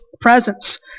presence